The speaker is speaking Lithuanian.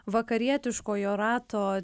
vakarietiškojo rato